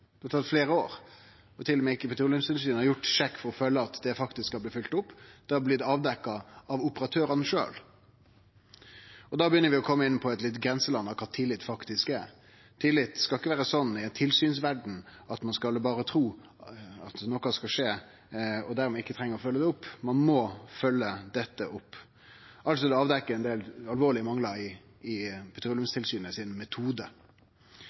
Det har tatt fleire år. Sjølv ikkje Petroleumstilsynet har sjekka at det faktisk har blitt følgt opp. Det har blitt avdekt av operatørane sjølve. Da begynner vi å kome inn på eit litt grenseland av kva tillit faktisk er. Tillit skal ikkje vere slik i ei tilsynsverd at ein berre skal tru at noko skal skje, og dermed ikkje treng å følgje det opp. Ein må følgje dette opp. Det er altså avdekt ein del alvorlege manglar i